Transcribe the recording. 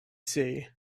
see